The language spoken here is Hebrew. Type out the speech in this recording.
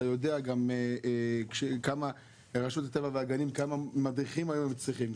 אתה יודע גם ברשות הטבע והגנים כמה מדריכים היום הם צריכים,